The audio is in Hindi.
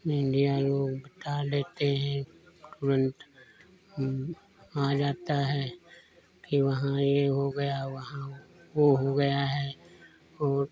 मीडिया लोग बता देते हैं तुरंत आ जाता है कि वहाँ यह हो गया वहाँ वह हो गया है और